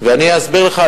ואני אסביר לך,